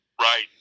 Right